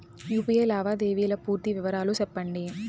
UPI లావాదేవీల పూర్తి వివరాలు సెప్పండి?